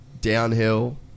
downhill